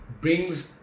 brings